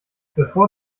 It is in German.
bevor